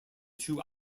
two